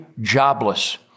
jobless